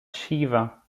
shiva